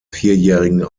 vierjährigen